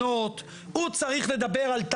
הוא צריך לדבר על בחירות הוגנות,